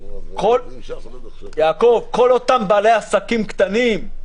כל אותם בעלי עסקים קטנים,